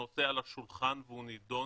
הנושא על השולחן והוא נידון